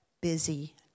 busy